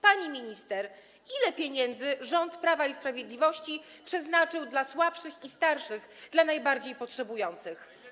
Pani minister, ile pieniędzy rząd Prawa i Sprawiedliwości przeznaczył dla słabszych i starszych, dla najbardziej potrzebujących?